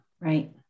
Right